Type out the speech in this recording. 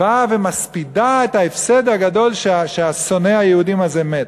באה ומספידה את ההפסד הגדול ששונא היהודים הזה מת.